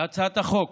להצעת החוק